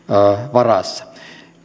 varassa